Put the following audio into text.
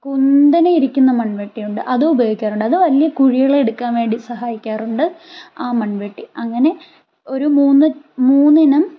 കുന്തനെ ഇരിക്കുന്ന മൺവെട്ടിയുണ്ട് അതും ഉപയോഗിക്കാറുണ്ട് അത് വലിയ കുഴികളെടുക്കാൻ വേണ്ടി സഹായിക്കാറുണ്ട് ആ മൺവെട്ടി അങ്ങനെ ഒരു മൂന്ന് മൂന്നിനം